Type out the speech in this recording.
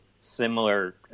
similar